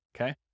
okay